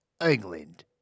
England